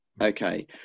Okay